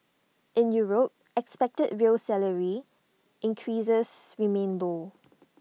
in Europe expected real salary increases remain low